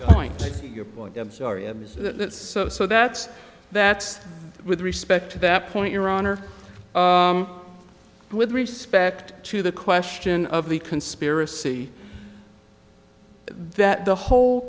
point of your point i'm sorry i missed that so so that's that's with respect to that point your honor with respect to the question of the conspiracy that the whole